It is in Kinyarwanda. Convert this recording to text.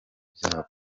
byabo